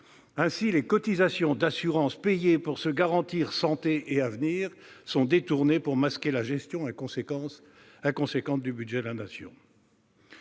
Ainsi, les cotisations d'assurance payées pour se garantir santé et avenir sont détournées pour masquer la gestion inconséquente du budget de la Nation.